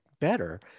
better